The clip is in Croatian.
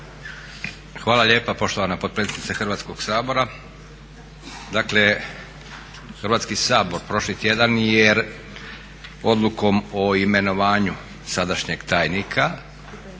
Hvala lijepa poštovana potpredsjednice Hrvatskoga sabora. Dakle Hrvatski sabor prošli tjedan je Odlukom o imenovanju sadašnjeg tajnika,